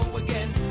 again